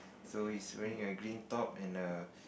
so he is wearing a green top and a